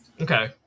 okay